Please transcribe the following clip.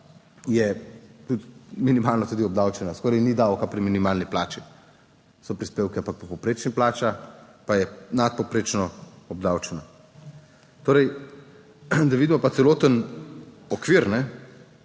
je tudi minimalno obdavčena, skoraj ni davka pri minimalni plači, so prispevki, ampak po povprečni plači pa je nadpovprečno obdavčena. Torej, pa poglejmo celoten okvir,